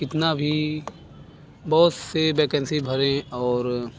कितना भी बहुत सी बेकेंसी भरी और